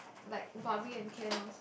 like barbie and can also